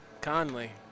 Conley